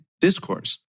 discourse